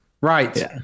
Right